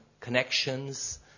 connections